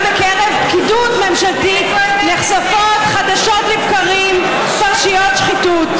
גם בקרב פקידות ממשלתית נחשפות חדשות לבקרים פרשיות שחיתות.